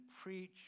preach